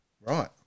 Right